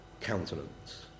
countenance